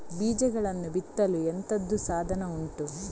ಬೀಜಗಳನ್ನು ಬಿತ್ತಲು ಎಂತದು ಸಾಧನ ಉಂಟು?